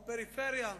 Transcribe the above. ופריפריה.